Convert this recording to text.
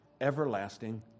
everlasting